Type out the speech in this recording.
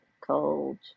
Cold